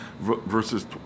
Verses